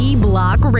E-Block